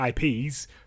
IPs